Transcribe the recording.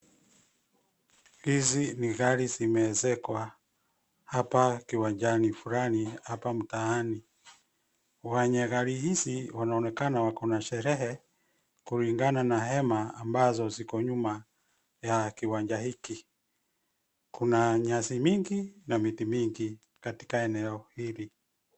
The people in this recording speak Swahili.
Hizi ni gari zimeezekwa hapa kiwanjani fulani hapa mtaani. Wenye gari hizi wanaonekana wako na sherehe kulingana na hema ambazo ziko nyuma ya kiwanja hiki. Kuna nyasi mingi na miti mingi katika eneo hili.